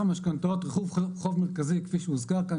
המשכנתאות חוב מרכזי כפי שהוזכר כאן,